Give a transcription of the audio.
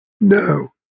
No